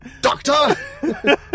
Doctor